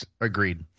Agreed